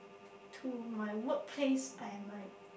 to my workplace I might